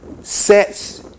sets